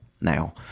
now